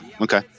Okay